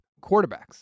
quarterbacks